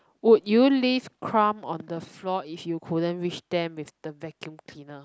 would you leave crumb on the floor if you couldn't reach them with the vacuum cleaner